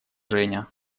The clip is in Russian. женя